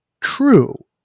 true